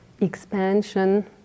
expansion